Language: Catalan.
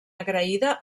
agraïda